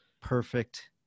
perfect